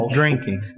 drinking